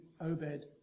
Obed